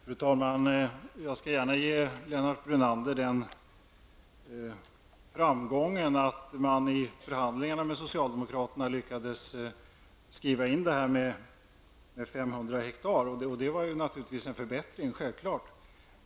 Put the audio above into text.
Fru talman! Jag skall gärna ge Lennart Brunander den framgången att centern i förhandlingarna med socialdemokraterna lyckades skriva in regeln om 500 ha, och det var naturligtvis en förbättring.